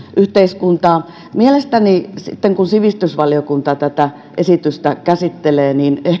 yhteiskuntaa mielestäni sitten kun sivistysvaliokunta tätä esitystä käsittelee